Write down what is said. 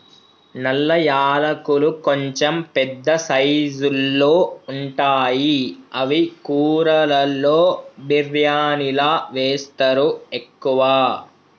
నల్ల యాలకులు కొంచెం పెద్ద సైజుల్లో ఉంటాయి అవి కూరలలో బిర్యానిలా వేస్తరు ఎక్కువ